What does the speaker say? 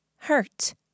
Hurt